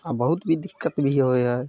आओर बहुत भी दिक्कत भी होइ हइ